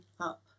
up